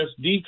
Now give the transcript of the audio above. SD